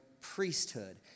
priesthood